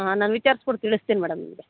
ಹಾಂ ನಾನು ವಿಚಾಸ್ರ್ಬುಟ್ಟು ತಿಳ್ಸ್ತಿನಿ ಮೇಡಮ್ ನಿಮಗೆ